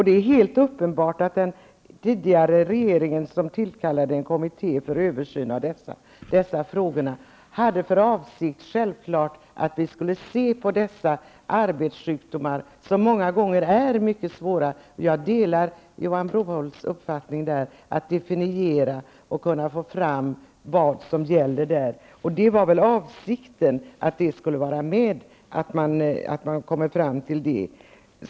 Det är uppenbart att den tidigare regeringen, som tillsatte en kommitté för översyn av dessa frågor, självfallet hade för avsikt att se på dessa arbetssjukdomar, som många gånger är mycket svåra. Jag delar Johan Brohults uppfattning att det är viktigt att göra defenitioner och få fram vad som gäller. Det var väl avsikten att detta skulle tas med.